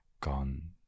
gone